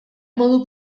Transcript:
modu